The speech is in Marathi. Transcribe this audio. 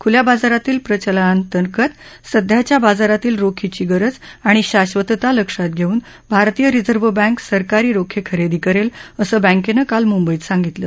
खुल्या बाजारातील प्रचालनांतर्गत सध्याच्या बाजारातील रोखीची गरज आणि शाधतता लक्षात घेऊन भारतीय रिझर्व्ह बँक सरकारी रोखे खरेदी करेल असं बँकेन काल मृंबईत सांगितलं